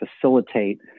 facilitate